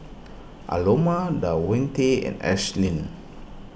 Aloma Davonte and Ashlynn